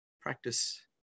practice